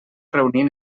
reunir